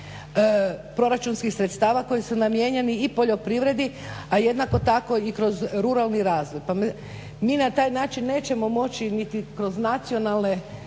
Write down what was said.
proračunskih sredstava koji su namijenjeni i poljoprivredi a jednako tako i kroz ruralni razvoj. Pa mi na taj način nećemo moći niti kroz nacionalna